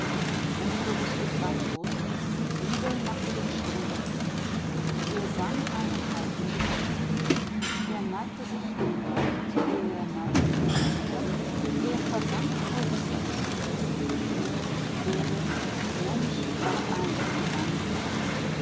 unbewußtes ward bewußt liebe machte den stummen beredt er sang einen heiligen gesang er neigte sich dem gott er neigte sich der geliebten er versank vor sich selbst himmel erde mensch verschmolz in seinem gedicht